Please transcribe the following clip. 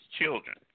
children